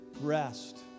Rest